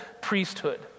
priesthood